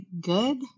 good